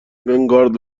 ونگارد